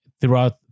throughout